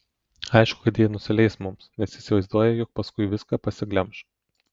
aišku kad jie nusileis mums nes įsivaizduoja jog paskui viską pasiglemš